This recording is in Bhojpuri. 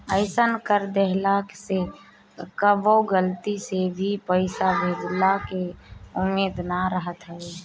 अइसन कर देहला से कबो गलती से भे पईसा भेजइला के उम्मीद ना रहत हवे